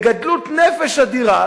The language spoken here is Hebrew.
בגדלות נפש אדירה,